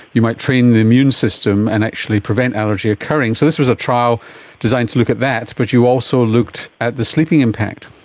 you might train the immune system and actually prevent allergy occurring. so this was a trial designed to look at that but you also looked at the sleeping impact.